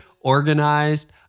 organized